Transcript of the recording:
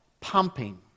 pumping